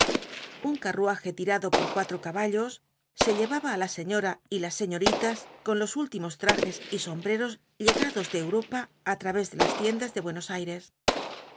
un carruaje tirado por cuatro caballos se llevaba á la señora y las señoritas con los últimos trajes y sombreros llegados de europa á través de las tiendas de buenos aires